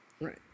Right